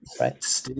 Right